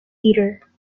leader